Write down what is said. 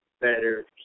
Better